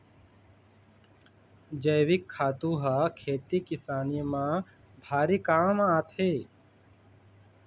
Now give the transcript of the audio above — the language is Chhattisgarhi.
जइविक खातू ह खेती किसानी म भारी काम आथे